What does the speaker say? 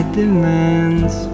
demands